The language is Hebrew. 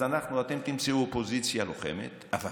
אז אתם תמצאו אופוזיציה לוחמת, אבל